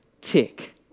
tick